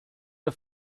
der